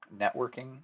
networking